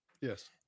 yes